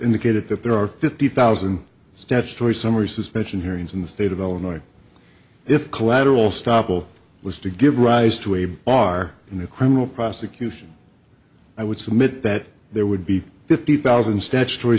indicated that there are fifty thousand statutory summary suspension hearings in the state of illinois if collateral stoppel was to give rise to a bar in the criminal prosecution i would submit that there would be fifty thousand statutory